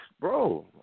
bro